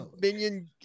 minion